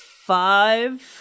five